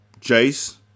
Jace